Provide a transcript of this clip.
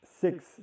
six